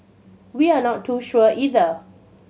we are not too sure either